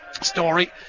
story